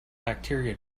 bacteria